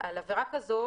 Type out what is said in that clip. על עבירה כזו,